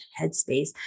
headspace